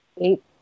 eight